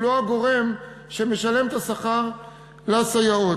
הוא לא הגורם שמשלם את השכר לסייעות.